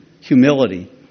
humility